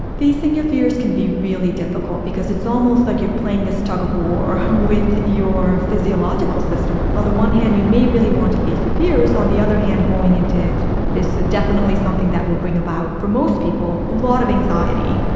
facing your fears can be really difficult, because it's almost like you're playing this tug of war with your physiological system. on the one hand, you may really want to face your fears. on the other hand, going into it is definitely something that will bring about, for most people, a lot of anxiety,